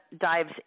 dives